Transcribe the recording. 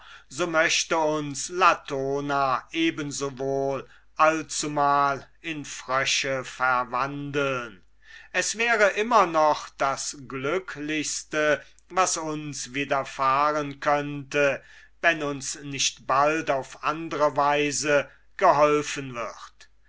so möchte uns latona eben sowohl allzumal in frösche verwandeln es wäre immer noch das glücklichste was uns widerfahren könnte wenn uns nicht bald auf andre weise geholfen wird